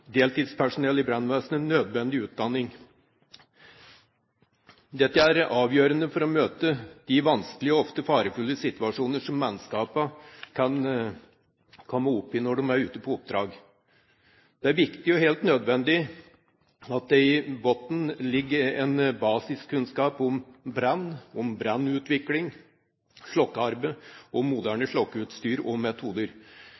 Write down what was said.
deltidspersonell i brannvesenet nødvendig utdanning. Dette er avgjørende for å møte de vanskelige og ofte farefulle situasjoner som mannskapene kan komme opp i når de er ute på oppdrag. Det er viktig og helt nødvendig at det i bunnen ligger en basiskunnskap om brann, om brannutvikling, slokkearbeid og